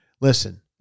listen